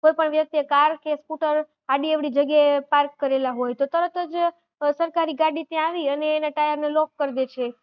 કોઈપણ વ્યક્તિએ કાર કે સ્કૂટર આડી અવળી જગ્યાએ પાર્ક કરેલા હોય તો તરત જ સરકારી ગાડી ત્યાં આવી અને એના ટાયરને લોક કર દે છે